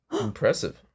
Impressive